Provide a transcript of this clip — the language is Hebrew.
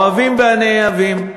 האוהבים והנאהבים.